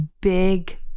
big